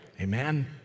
Amen